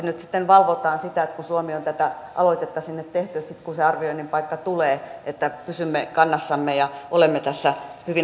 nyt kun suomi on tätä aloitetta sinne tehnyt niin toivottavasti sitten kun se arvioinnin paikka tulee valvotaan sitä että pysymme kannassamme ja olemme tässä hyvin aktiivisia